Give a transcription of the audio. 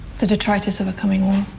the detritus of a coming war.